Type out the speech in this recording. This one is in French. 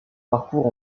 parcours